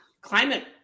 climate